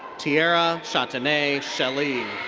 tierra chantinae shellie.